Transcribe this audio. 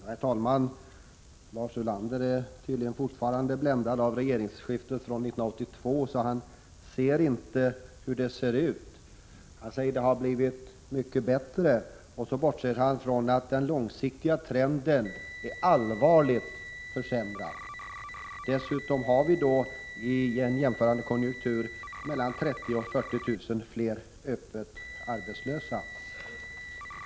Herr talman! Lars Ulander är tydligen fortfarande bländad av regeringsskiftet 1982, så att han inte ser hur det förhåller sig. Han säger att det har blivit mycket bättre. Då bortser han från att den långsiktiga trenden innebär en allvarlig försämring. Dessutom har vi i en konjunktur som är jämförbar med den som tidigare rådde mellan 30 000 och 40 000 fler öppet arbetslösa.